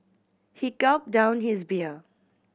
he gulped down his beer